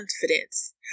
confidence